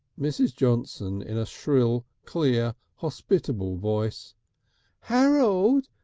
mrs. johnson in a shrill clear hospitable voice harold,